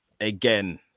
again